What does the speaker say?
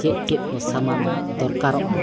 ᱪᱮᱫ ᱪᱮᱫ ᱠᱚ ᱥᱟᱢᱟᱱ ᱫᱚᱨᱠᱟᱨᱚᱜᱼᱟ